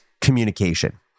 communication